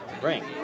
bring